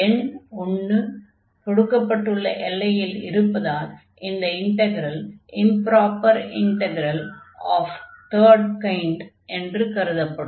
எண் 1 கொடுக்கப்பட்டுள்ள எல்லையில் இருப்பதால் இந்த integral improper integral of third kind என்று கருதப்படும்